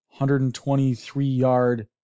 123-yard